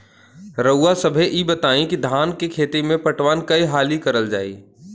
रउवा सभे इ बताईं की धान के खेती में पटवान कई हाली करल जाई?